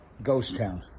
ghost town.